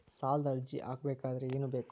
ಸಾಲದ ಅರ್ಜಿ ಹಾಕಬೇಕಾದರೆ ಏನು ಬೇಕು?